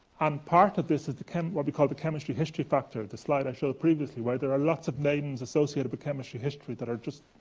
and part of this is the chem what we call the chemistry history factor. the slide i showed previously, where there are lots of names associated with chemistry history that are just,